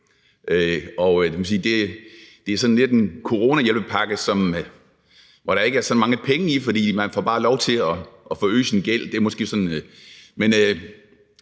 at det sådan lidt er en coronahjælpepakke, som der ikke er så mange penge i, for man får bare lov til at forøge sin gæld,